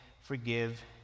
forgive